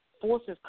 forces